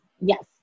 yes